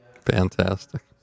Fantastic